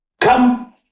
Come